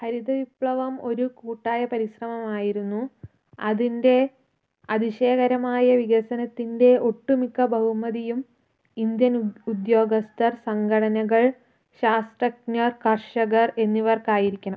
ഹരിത വിപ്ലവം ഒരു കൂട്ടായ പരിശ്രമമായിരുന്നു അതിൻ്റെ അതിശയകരമായ വികസനത്തിൻ്റെ ഒട്ടുമിക്ക ബഹുമതിയും ഇന്ത്യൻ ഉദ്യോഗസ്ഥർ സംഘടനകൾ ശാസ്ത്രജ്ഞർ കർഷകർ എന്നിവർക്കായിരിക്കണം